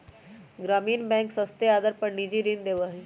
ग्रामीण बैंक सस्ते आदर पर निजी ऋण देवा हई